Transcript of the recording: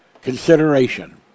consideration